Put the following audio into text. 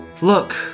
Look